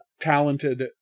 talented